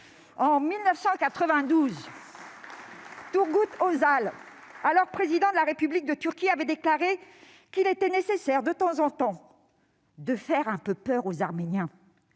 En 1992, Turgut Özal, alors président de la République de Turquie, avait déclaré qu'il était nécessaire, de temps en temps, « de faire un peu peur aux Arméniens